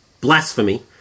blasphemy